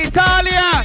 Italia